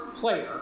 player